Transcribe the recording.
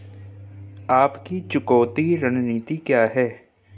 आपकी चुकौती रणनीति क्या है?